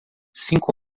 cinco